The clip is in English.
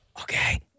Okay